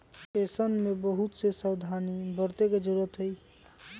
ऐसन में बहुत से सावधानी बरते के जरूरत हई